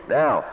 now